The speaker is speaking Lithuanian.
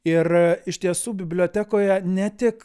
ir iš tiesų bibliotekoje ne tik